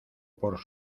por